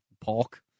pork